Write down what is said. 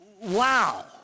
Wow